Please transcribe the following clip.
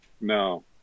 No